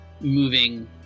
moving